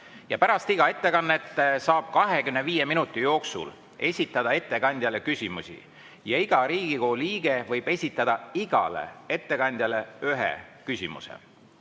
Pärast igat ettekannet saab 25 minuti jooksul esitada ettekandjale küsimusi. Iga Riigikogu liige võib esitada igale ettekandjale ühe küsimuse.